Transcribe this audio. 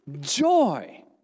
joy